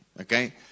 Okay